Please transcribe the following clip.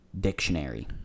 Dictionary